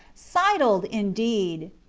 sidled, indeed!